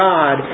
God